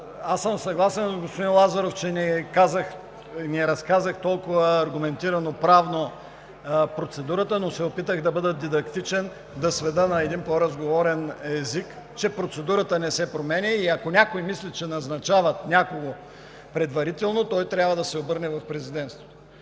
министър? Съгласен съм, господин Лазаров, че не разказах толкова правно аргументирано процедурата, но се опитах да бъда дидактичен, да сведа на един по-разговорен език, че процедурата не се променя и ако някой мисли, че назначават някого предварително, той трябва да се обърне към президентството.